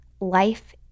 life